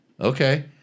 Okay